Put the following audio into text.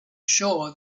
sure